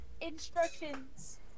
instructions